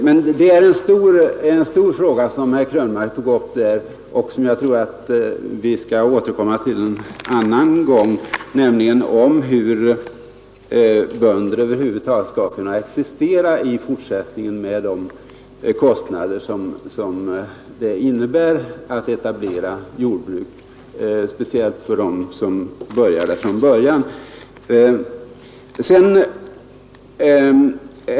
Herr Krönmark tog emellertid upp en stor fråga, som jag tror att vi skall återkomma till en annan gång, nämligen hur bönder över huvud taget skall kunna existera i fortsättningen med de kostnader som det innebär att etablera jordbruk — speciellt för dem som måste börja från början.